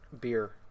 beer